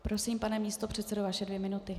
Prosím, pane místopředsedo, vaše dvě minuty.